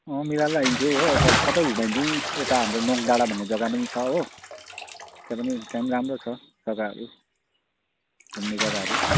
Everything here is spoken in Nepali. अँ मिलाएर लगाइदिन्छु हो यता सबै घुमाइदिन्छु नि यता हाम्रो नोक डाँडा भन्ने जग्गा पनि छ हो त्यहाँ पनि त्यहाँ नि राम्रो छ जग्गाहरू घुम्ने जग्गाहरू